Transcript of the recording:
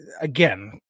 again